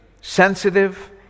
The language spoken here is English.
sensitive